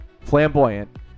flamboyant